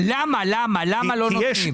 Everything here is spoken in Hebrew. למה, למה לא נותנים?